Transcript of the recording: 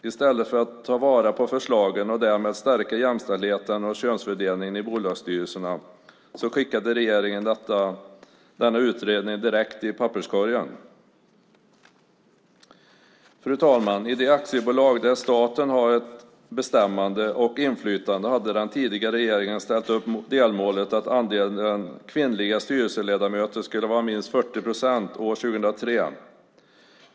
I stället för att ta vara på föreslagen och därmed stärka jämställdheten och könsfördelningen i bolagsstyrelserna skickade regeringen denna utredning direkt i papperskorgen. Fru talman! I de aktiebolag där staten har bestämmande och inflytande hade den tidigare regeringen ställt upp delmålet att andelen kvinnliga styrelseledamöter skulle vara minst 40 procent år 2003.